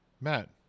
Matt